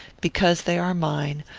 because they are mine,